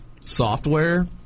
software